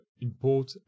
import